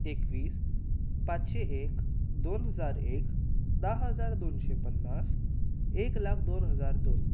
एकवीस पांचशे एक दोन हजार एक धा हजार दोनशें पन्नास एक लाख दोन हजार दोन